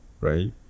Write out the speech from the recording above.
right